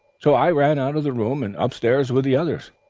so i ran out of the room and upstairs with the others.